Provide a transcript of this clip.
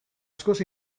askoz